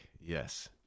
Yes